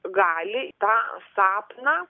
gali tą sapną